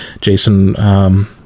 Jason